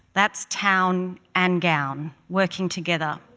that's town and gown working together,